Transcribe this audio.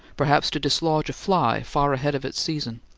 perhaps to dislodge a fly far ahead of its season.